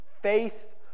faith